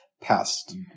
past